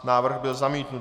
Návrh byl zamítnut.